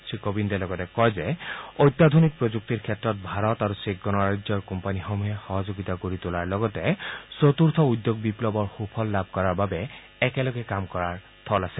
শ্ৰীকোৱিন্দে লগতে কয় যে অত্যাধুনিক প্ৰযুক্তিৰ ক্ষেত্ৰত ভাৰত আৰু চেক গণৰাজ্যৰ কোম্পানীসমূহে সহযোগিতা গঢ়ি তোলাৰ লগতে চতুৰ্থ উদ্যোগীক বিপ্লৱৰ সুফল লাভ কৰাৰ বাবে একেলগে কাম কৰাৰ থল আছে